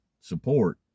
support